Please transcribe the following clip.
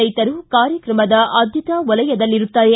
ರೈತರು ಕಾರ್ಯಕ್ರಮದ ಆದ್ಯತಾ ವಲಯದಲ್ಲಿರುತ್ತಾರೆ